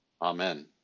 Amen